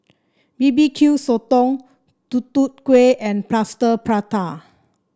B B Q Sotong Tutu Kueh and Plaster Prata